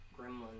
gremlin